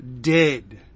dead